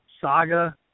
saga